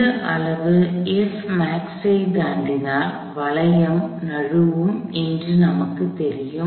இந்த அளவு ஐ தாண்டினால் வளையம் நழுவும் என்று நமக்குத் தெரியும்